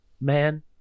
man